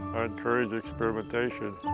i encourage experimentation.